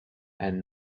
and